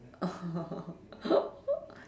oh